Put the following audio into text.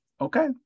Okay